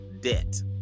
debt